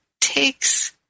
takes